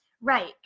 Right